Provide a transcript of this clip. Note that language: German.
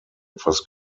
etwas